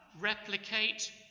replicate